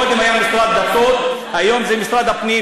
קודם היה משרד הדתות והיום זה משרד הפנים.